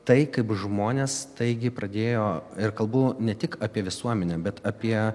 tai kaip žmonės taigi pradėjo ir kalbu ne tik apie visuomenę bet apie